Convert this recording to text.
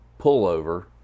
pullover